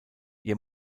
ihr